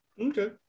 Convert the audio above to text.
Okay